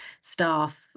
staff